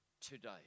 today